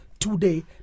today